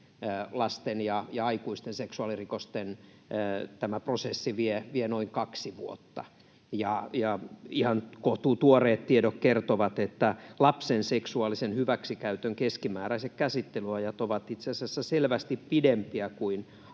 lasten ja aikuisten seksuaalirikosten prosessi vie noin kaksi vuotta. Ja ihan kohtuutuoreet tiedot kertovat, että lapsen seksuaalisen hyväksikäytön keskimääräiset käsittelyajat ovat itse asiassa selvästi pidempiä kuin